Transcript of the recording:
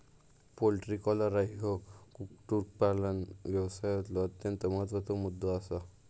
poultry cholera ह्यो कुक्कुटपालन व्यवसायातलो अत्यंत महत्त्वाचा मुद्दो आसा